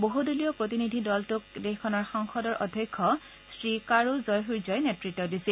বহুদলীয় প্ৰতিনিধি দলটোক দেশখনৰ সংসদৰ অধ্যক্ষ শ্ৰীকাৰু জয়সুৰ্যই নেত্ত দিছিল